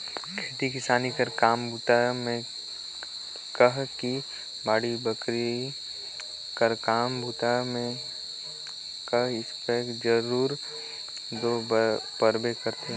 खेती किसानी कर काम बूता मे कह कि बाड़ी बखरी कर काम बूता मे कह इस्पेयर कर जरूरत दो परबे करथे